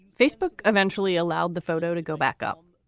facebook eventually allowed the photo to go back up.